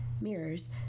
Mirrors